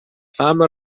fama